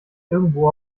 irgendwo